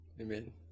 amen